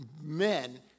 men